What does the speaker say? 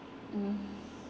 mm